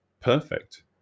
perfect